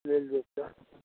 मिल जेतै